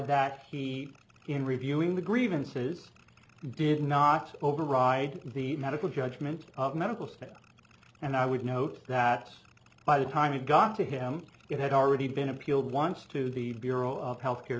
that he in reviewing the grievances did not override the medical judgment of medical staff and i would note that by the time it got to him it had already been appealed once to the bureau of health care